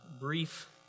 brief